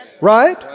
Right